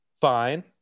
Fine